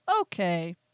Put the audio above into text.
Okay